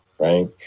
Right